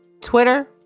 twitter